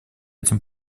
этим